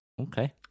Okay